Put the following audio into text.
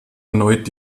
erneut